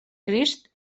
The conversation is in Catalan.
crist